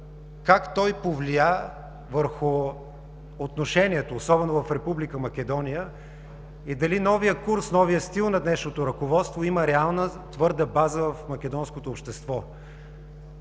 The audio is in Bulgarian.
как той повлия върху отношението, особено в Република Македония, и дали новият курс, новият стил на днешното ръководство има реална твърда база в македонското общество?